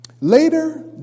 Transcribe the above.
later